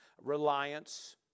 reliance